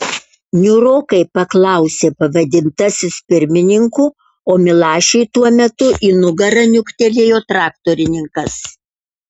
niūrokai paklausė pavadintasis pirmininku o milašiui tuo metu į nugarą niuktelėjo traktorininkas